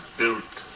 built